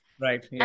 Right